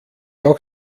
auch